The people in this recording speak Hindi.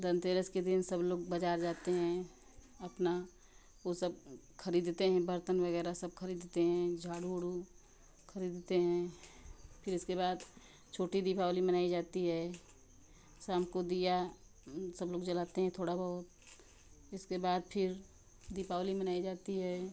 धनतेरस के दिन सब लोग बज़ार जाते हैं अपना वो सब ख़रीदते हैं बर्तन वगैरह सब ख़रीदते हैं झाड़ू वाड़ू ख़रीदते हैं फिर इसके बाद छोटी दीपावली मनाई जाती है शाम को दिया सब लोग जलाते हैं थोड़ा बहुत इसके बाद फिर दीपावली मनाई जाती है